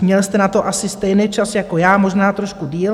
Měl jste na to asi stejný čas jako já, možná trošku déle.